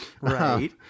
Right